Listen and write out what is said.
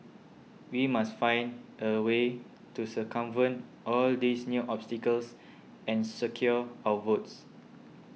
we must find a way to circumvent all these new obstacles and secure our votes